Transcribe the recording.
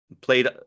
played